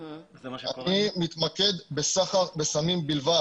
אני מתמקד בסחר בסמים בלבד.